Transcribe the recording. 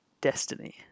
Destiny